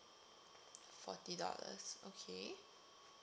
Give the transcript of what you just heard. forty dollars okay